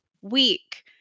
week